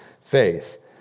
faith